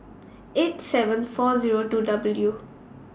eight seven four Zero two W due